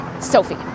Sophie